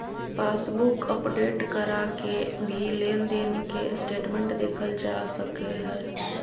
passbook update करा के भी लेनदेन के स्टेटमेंट देखल जा सकय हय